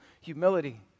humility